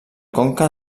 conca